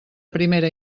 primera